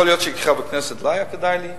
יכול להיות שכחבר כנסת לא היה כדאי לי,